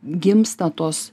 gimsta tos